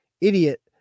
idiot